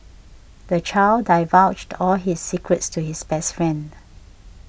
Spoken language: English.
the child divulged all his secrets to his best friend